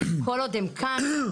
כל עוד הם כאן,